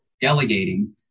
delegating